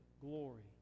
glory